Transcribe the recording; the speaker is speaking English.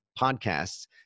Podcasts